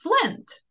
Flint